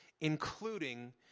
including